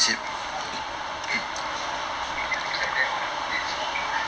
I mean I mean he looks like that [what] is it smoking [one]